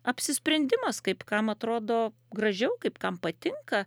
apsisprendimas kaip kam atrodo gražiau kaip kam patinka